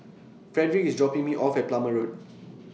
Frederick IS dropping Me off At Plumer Road